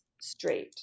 straight